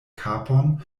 kapon